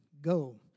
Go